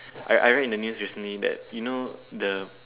I I read in the news recently that you know the